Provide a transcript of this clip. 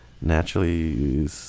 naturally